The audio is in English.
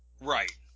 Right